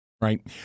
Right